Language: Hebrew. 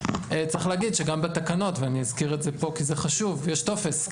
צריך להגיד שגם בתקנות ואני אזכיר את זה פה כי זה חשוב יש טופס,